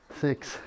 six